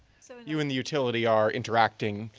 so you and the utility are interacting.